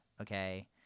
okay